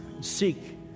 Seek